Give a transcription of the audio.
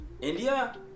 india